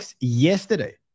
yesterday